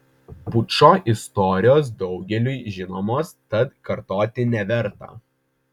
pučo istorijos daugeliui žinomos tad kartoti neverta